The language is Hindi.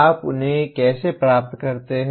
आप उन्हें कैसे प्राप्त करते हैं